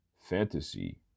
fantasy